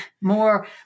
more